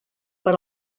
per